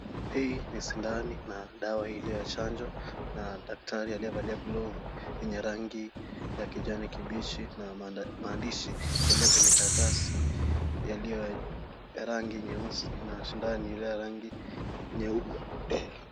Hii ni sindano na dawa hili la chanjo na daktari aliyevalia glovu yenye rangi ya kijani kibichi na maandishi yaliyo kwenye karatasi yaliyo ya rangi nyeusi na sindano iliyo ya rangi nyeupe.